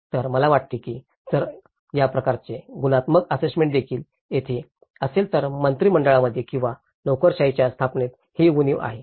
तर मला असे वाटते की जर या प्रकारचे गुणात्मक असेसमेंट देखील तेथे असेल तर मंत्री मंडळामध्ये किंवा नोकरशाहीच्या स्थापनेत ही उणीव आहे